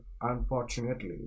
unfortunately